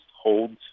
holds